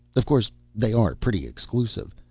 of course they are pretty exclusive.